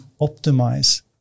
optimize